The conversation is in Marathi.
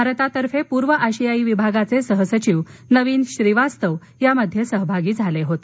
भारतातर्फे पूर्व आशियाई विभागाचे सहसचिव नवीन श्रीवास्तव यामध्ये सहभागी झाले होते